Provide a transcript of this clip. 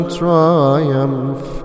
triumph